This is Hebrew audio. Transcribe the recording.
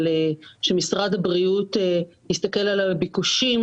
שמשרד הבריאות הסתכל על הביקושים